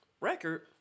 record